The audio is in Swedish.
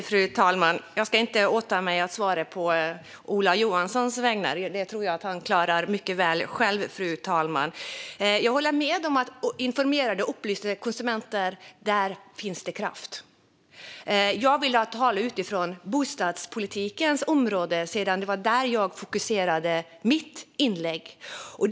Fru talman! Jag ska inte åta mig att svara å Ola Johanssons vägnar. Det tror jag att han själv klarar mycket väl, fru talman. Jag håller med om att det finns kraft hos informerade och upplysta konsumenter. Jag ville tala utifrån bostadspolitikens område, som jag fokuserade mitt inlägg på.